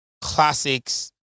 classics